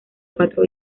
cuatro